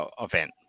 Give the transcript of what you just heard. event